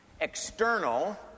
external